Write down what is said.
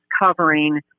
covering